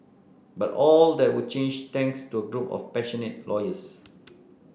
but all that would change thanks to a group of passionate lawyers